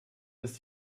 ist